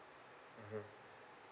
mmhmm